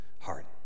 heart